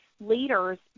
leaders